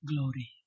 glory